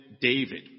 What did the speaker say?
David